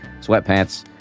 sweatpants